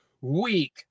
weak